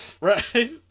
Right